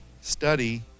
study